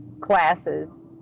classes